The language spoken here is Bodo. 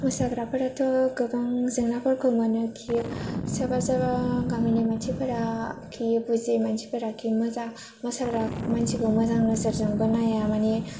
मोसाग्राफोराथ' गोगोम जेंनाफोरखौ मोनो खि सोरबा सोरबा गामिनि मानसिफोरा जेबो बुजियै मानसिफोरा मोसाग्रा मानसिफोरखौ मोजां नोजोरजोंबो नाया माने